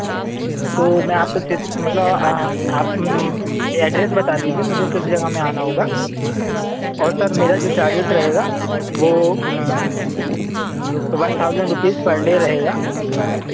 तो मैं आपका क्षेत्र मतलब आप एड्रेस बता दीजिए मुझे किस जगह में आना होगा और सर मेरा जो चार्जेज रहेगा वह one thousand rupees per day रहेगा